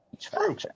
True